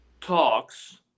talks